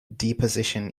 deposition